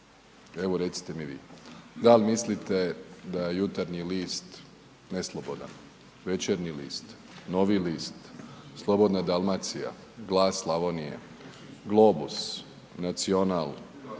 Evo, recite mi vi, dal mislite da je Jutarnji list neslobodan, Večernji list, Novi list, Slobodna Dalmacija, Glas Slavonije, Globus, Nacional,